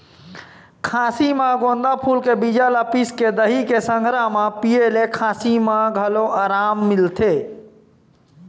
खाँसी म गोंदा फूल के बीजा ल पिसके दही के संघरा म पिए ले खाँसी म घलो अराम मिलथे